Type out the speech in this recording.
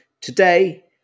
Today